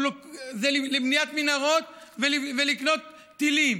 זה לבניית מנהרות ולקנות טילים.